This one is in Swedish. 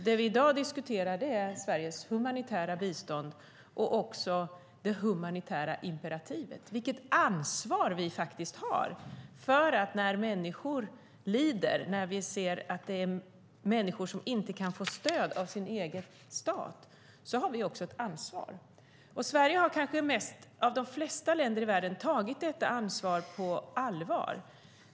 Det vi i dag diskuterar är Sveriges humanitära bistånd och också det humanitära imperativet, det vill säga vilket ansvar vi faktiskt har. När vi ser att människor lider som inte kan få stöd av sin egen stat har vi också ett ansvar, och Sverige har kanske mest av de flesta länder i världen tagit detta ansvar på allvar.